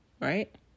right